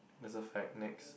is a fight next